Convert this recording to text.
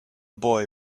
boy